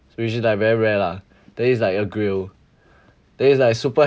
which is like very rare lah then it's like a grill then it's like super